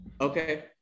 okay